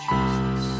Jesus